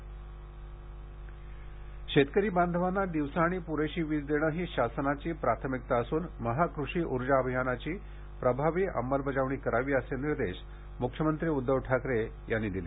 मख्यमंत्री निर्देश शेतकरी बांधवांना दिवसा आणि पुरेशी वीज देणे ही शासनाची प्राथमिकता असून महाकृषी ऊर्जा अभियानाची प्रभावी अंमलबजावणी करावी असे निर्देश मुख्यमंत्री उद्धव ठाकरे यांनी दिले